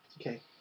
Okay